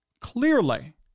Clearly